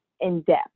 in-depth